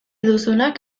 duzunak